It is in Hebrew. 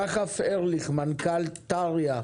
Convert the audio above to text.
שחף ארליך, מנכ"ל טריא,